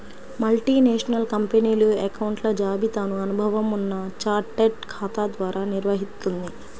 multinational కంపెనీలు అకౌంట్ల జాబితాను అనుభవం ఉన్న చార్టెడ్ ఖాతా ద్వారా నిర్వహిత్తుంది